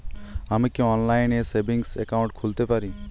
আমি কি অনলাইন এ সেভিংস অ্যাকাউন্ট খুলতে পারি?